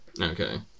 Okay